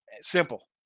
Simple